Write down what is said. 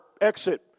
exit